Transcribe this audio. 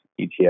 ETF